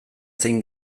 zein